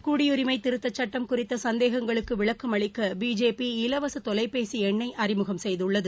குடியுரிமை திருத்தக் சுட்டம் குறித்த சந்தேகங்களுக்கு விளக்கம் அளிக்க பிஜேபி இலவச தொலைபேசி எண்ணை அறிமுகம் செய்துள்ளது